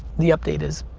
the update is,